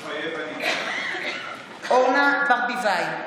מתחייב אני אורנה ברביבאי,